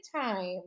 time